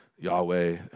Yahweh